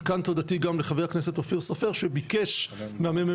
מכאן תודתי גם לחבר הכנסת אופיר סופר שביקש מהממ"מ